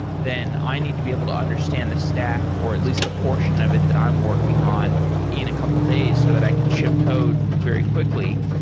then i need to be able to understand the stack or at least the portion of it that i'm working on in a couple of days so that i can ship code very quickly.